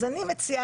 אז אני מציעה,